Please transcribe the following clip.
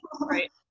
right